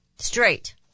Straight